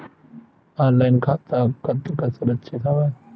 Online खाता कतका सुरक्षित हवय?